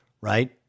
right